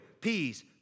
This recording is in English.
peace